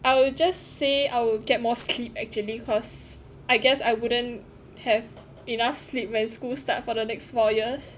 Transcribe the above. I will just say I will get more sleep actually cause I guess I wouldn't have enough sleep when school start for the next four years